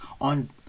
on